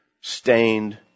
stained